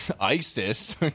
ISIS